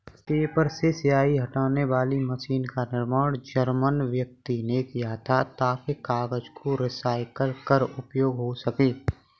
paper से स्याही हटाने वाली मशीन का निर्माण जर्मन व्यक्ति ने किया था ताकि कागज को रिसाईकल कर उपयोग हो सकें